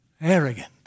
arrogant